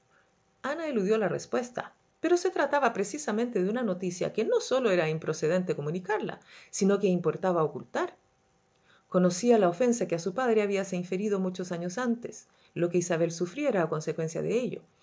ana eludió la respuesta pero se trataba precisamente de una noticia que no sólo era improcedente comunicarla sino que importaba ocultar conocía la ofensa que a su padre habíase inferido muchos años antes lo que isabel sufriera a consecuencia de ello